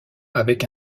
avec